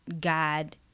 God